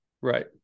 Right